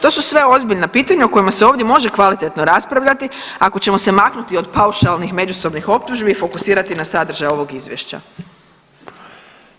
To su sve ozbiljna pitanja o kojima se ovdje može kvalitetno raspravljati ako ćemo se maknuti o paušalnim međusobnih optužbi i fokusirati na sadržaj ovog Izvješća.